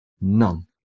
none